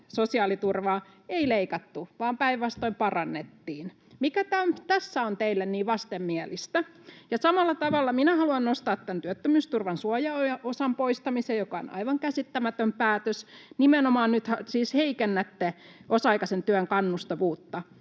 sosiaaliturvaa ei leikattu vaan päinvastoin parannettiin. Mikä tässä on teille niin vastenmielistä? Ja samalla tavalla minä haluan nostaa tämän työttömyysturvan suojaosan poistamisen, joka on aivan käsittämätön päätös. Nimenomaan nythän siis heikennätte osa-aikaisen työn kannustavuutta.